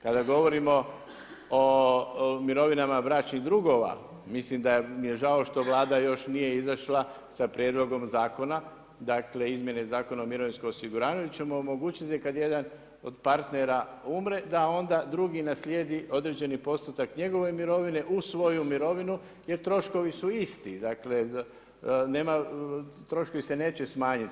Kada govorimo o mirovinama bračnih drugova, mislim da mi je žao Vlada još nije izašla sa prijedlogom sa izmjenama Zakona o mirovinskom osiguranju gdje ćemo omogućiti kad jedan od partnera umre da onda drugi naslijedi određeni postotak njegove mirovine uz svoju mirovinu jer troškovi su isti, dakle troškovi se neće smanjiti.